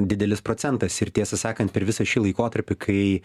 didelis procentas ir tiesą sakant per visą šį laikotarpį kai